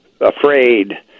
afraid